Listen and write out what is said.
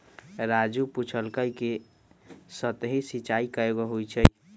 राजू पूछलकई कि सतही सिंचाई कैगो होई छई